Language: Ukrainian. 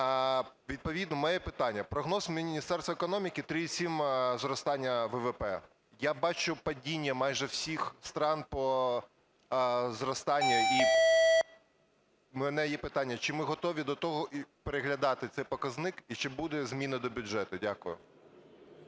Відповідно моє питання. Прогноз Міністерства економіки – 3,7 зростання ВВП. Я бачу падіння майже всіх стран по зростанню, і в мене є питання. Чи ми готові до того… переглядати цей показник, і чи будуть зміни до бюджету? Дякую.